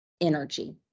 energy